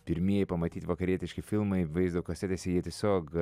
pirmieji pamatyti vakarietiški filmai vaizdo kasetėse jie tiesiog